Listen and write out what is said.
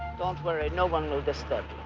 don't worry. no one will disturb